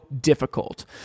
difficult